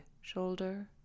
shoulder